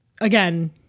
again